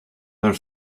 her